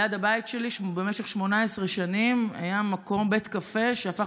ליד הבית שלי במשך 18 שנים היה בית קפה שהפך